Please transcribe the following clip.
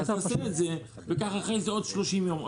תקן את זה וקח אחר כך עוד 30 ימים,